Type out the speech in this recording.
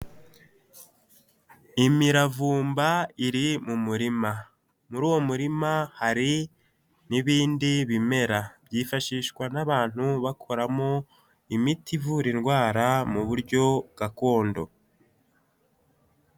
Imiravumba iri mu murima; muri uwo murima hari n'ibindi bimera; byifashishwa n'abantu bakoramo imiti ivura indwara mu buryo gakondo.